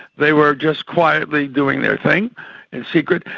they were just quiet like doing their thing in secret,